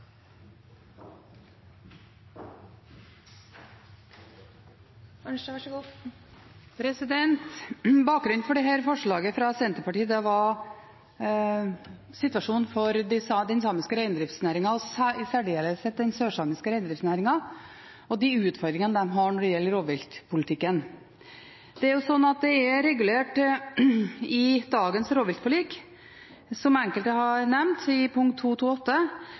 Bakgrunnen for dette forslaget fra Senterpartiet var situasjonen for den samiske reindriftsnæringen, i særdeleshet den sørsamiske reindriftsnæringen, og de utfordringene de har når det gjelder rovviltpolitikken. Det er regulert i dagens rovviltforlik, som enkelte har nevnt, i punkt